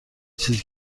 چیزی